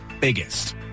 biggest